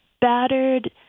battered